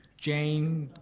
jane